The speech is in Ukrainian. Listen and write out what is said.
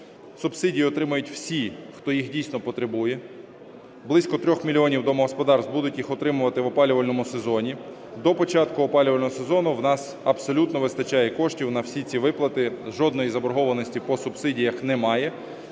Субсидії отримають всі хто їх дійсно потребує. Близько 3 мільйонів домогосподарств будуть їх отримувати в опалювальному сезоні. До початку опалювального сезону у нас абсолютно вистачає коштів на всі ці виплати, жодної заборгованості по субсидіях немає.